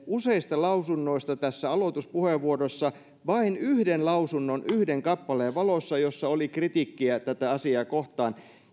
useista lausunnoista tässä aloituspuheenvuorossa vain yhden lausunnon yhden kappaleen valossa jossa oli kritiikkiä tätä asiaa kohtaan